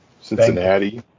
Cincinnati